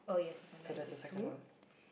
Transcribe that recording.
so that's the second one